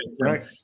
right